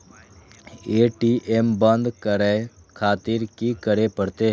ATM बंद करें खातिर की करें परतें?